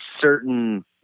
certain